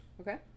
Okay